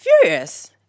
furious